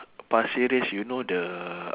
pasir ris you know the